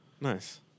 Nice